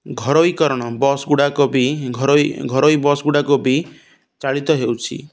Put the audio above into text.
ଘରୋଇକରଣ ବସ୍ଗୁଡ଼ାକ ବି ଘରୋଇ ଘରୋଇ ବସ୍ଗୁଡ଼ାକ ବି ଚାଳିତ ହେଉଛି